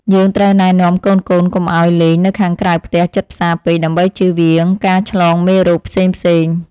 យើងត្រូវណែនាំកូនៗកុំឱ្យលេងនៅខាងក្រៅផ្ទះជិតផ្សារពេកដើម្បីជៀសវាងការឆ្លងមេរោគផ្សេងៗ។